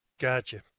Gotcha